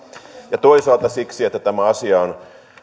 ja toisaalta siksi että tämä asia on